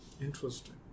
Interesting